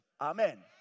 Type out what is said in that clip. Amen